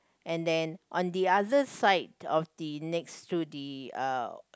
and then on the other side of the next to the uh